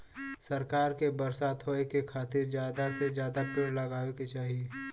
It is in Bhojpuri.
सरकार के बरसात होए के खातिर जादा से जादा पेड़ लगावे के चाही